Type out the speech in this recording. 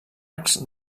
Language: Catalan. arcs